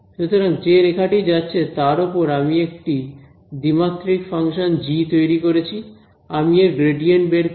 সুতরাং যে রেখাটি আছে তার ওপর আমি একটি দ্বিমাত্রিক ফাংশন জি তৈরি করেছি